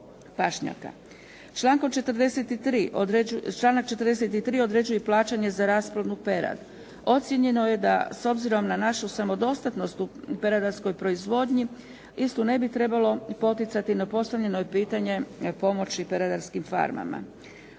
pašnjaka. Članak 43. određuje i plaćanje za rasplodnu perad. Ocjenjeno je da s obzirom na našu samodostatnost u peradarskoj proizvodnji istu ne bi trebalo i poticati na postavljeno pitanje pomoći peradarskim farmama.